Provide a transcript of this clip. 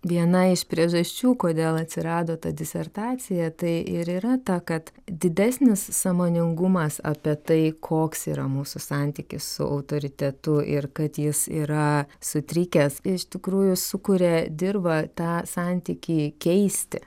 viena iš priežasčių kodėl atsirado ta disertacija tai ir yra ta kad didesnis sąmoningumas apie tai koks yra mūsų santykis su autoritetu ir kad jis yra sutrikęs iš tikrųjų sukuria dirvą tą santykį keisti